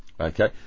Okay